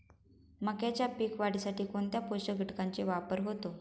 मक्याच्या पीक वाढीसाठी कोणत्या पोषक घटकांचे वापर होतो?